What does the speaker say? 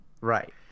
Right